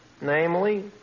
Namely